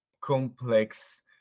complex